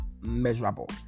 miserable